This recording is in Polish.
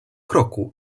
kroku